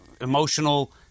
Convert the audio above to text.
emotional